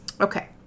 okay